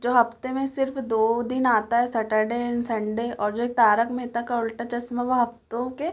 जो हफ्ते में सिर्फ़ दो दिन आता है सटरडे एन संडे और जो है एक तारक मेहता का उल्टा चश्मा वह हफ्तों के